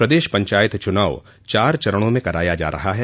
प्रदेश पंचायत चुनाव चार चरणों में कराया जा रहा है